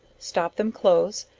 stop them close,